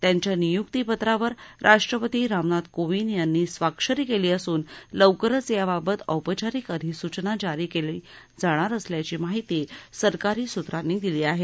त्यांच्या नियूकीपत्रावर राष्ट्रपती रामनाथ कोविंद यांनी स्वाक्षरी केली असून लवकरच याबादत औपचारिक अधिसूचना जारी केली जाणार असल्याची माहिती सरकारी सूत्रांनी दिली आहे